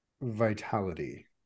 Vitality